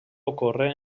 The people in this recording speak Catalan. ocorre